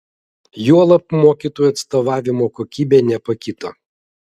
juolab mokytojų atstovavimo kokybė nepakito